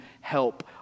help